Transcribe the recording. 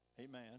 Amen